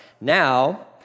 Now